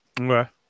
Okay